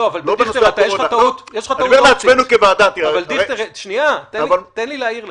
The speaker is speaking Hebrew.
תן לי להעיר לך.